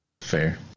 Fair